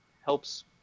helps